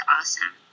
awesome